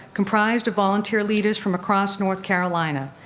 comprised of volunteer leaders from across north carolina.